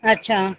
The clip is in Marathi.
अच्छा